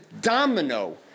domino